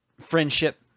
friendship